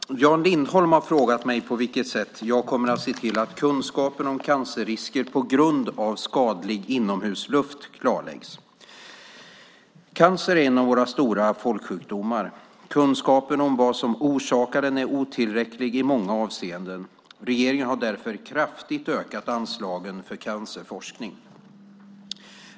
Herr talman! Jan Lindholm har frågat mig på vilket sätt jag kommer att se till att kunskapen om cancerrisker på grund av skadlig inomhusluft klarläggs. Cancer är en av våra stora folksjukdomar. Kunskapen om vad som orsakar den är otillräcklig i många avseenden. Regeringen har därför kraftigt ökat anslagen för cancerforskning.